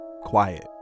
Quiet